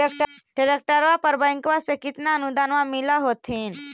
ट्रैक्टरबा पर बैंकबा से कितना अनुदन्मा मिल होत्थिन?